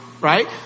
Right